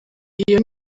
iyo